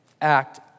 act